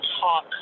talk